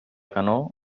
canó